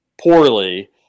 poorly